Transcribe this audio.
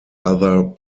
other